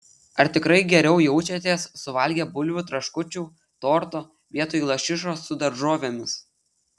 ar tikrai geriau jaučiatės suvalgę bulvių traškučių torto vietoj lašišos su daržovėmis